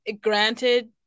granted